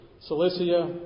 Cilicia